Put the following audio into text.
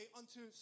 unto